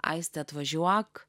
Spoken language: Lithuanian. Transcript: aistė atvažiuok